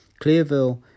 Clearville